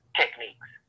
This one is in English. techniques